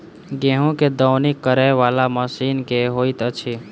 गेंहूँ केँ दौनी करै वला मशीन केँ होइत अछि?